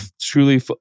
truly